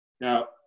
Now